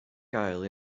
gael